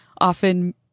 often